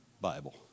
Bible